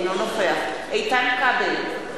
אינו נוכח איתן כבל,